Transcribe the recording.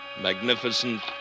magnificent